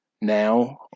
Now